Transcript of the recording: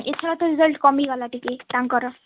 ଏ ଥର ତ ରେଜଜ୍ଟ କମି ଗଲା ଟିକେ ତାଙ୍କର